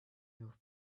your